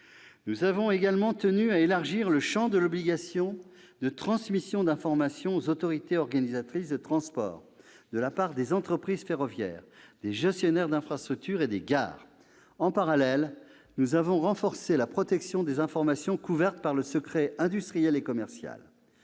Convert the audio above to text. Nous avons également tenu à élargir le champ de l'obligation de transmission d'information aux autorités organisatrices de transport, de la part des entreprises ferroviaires, des gestionnaires d'infrastructure et des gares. En parallèle, nous avons renforcé la protection des informations couvertes par le secret industriel et commercial.